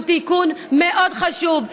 הוא תיקון מאוד חשוב.